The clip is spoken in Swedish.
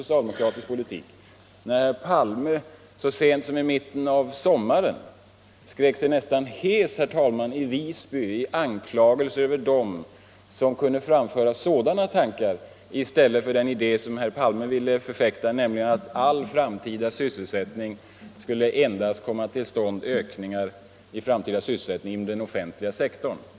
Herr Palme skrek sig så sent som i mitten på sommaren nästan hes i Visby, herr talman, i anklagelser mot dem som kunde framföra sådana tankar i stället för den idé som herr Palme ville förfäkta, nämligen att alla framtida ökningar i sysselsättningen endast skulle komma till stånd inom den offentliga sektorn.